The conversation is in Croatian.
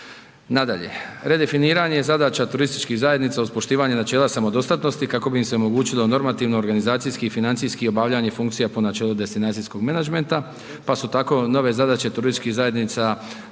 Nadalje, redefiniranje je zadaća turističkih zajednica uz poštivanje načela samodostatnosti kako bi im se omogućilo normativno organizacijski i financijski obavljanje funkcija po načelu destinacijskog menadžmenta, pa su tako nove zadaće turističkih zajednica zadaće